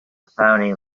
phoney